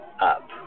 up